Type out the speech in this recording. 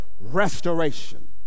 restoration